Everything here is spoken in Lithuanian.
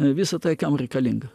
visa tai kam reikalinga